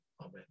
Amen